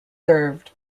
served